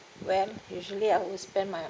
when usually I will spend my